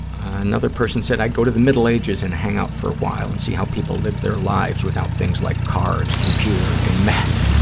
another person said, i'd go to the middle ages and hang out for a while and see how people lived their lives without things like cars, computers and meth,